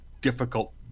difficult